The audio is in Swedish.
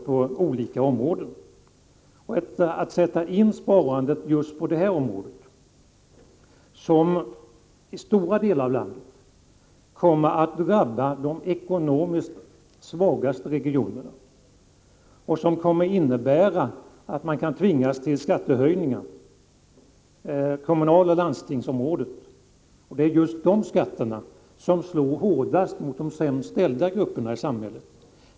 Vad vi reagerar emot är förslaget att göra besparingar på just det här området, något som kommer att drabba de ekonomiskt svagaste regionerna i landet och som kommer att innebära att man kan tvingas till skattehöjningar på kommunaloch landstingsområdet — det är just dessa skatter som slår hårdast mot de sämst ställda grupperna i samhället.